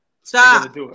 Stop